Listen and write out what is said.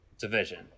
Division